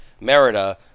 Merida